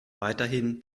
weiterhin